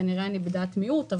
כנראה אני בדעת מיעוט,